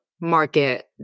market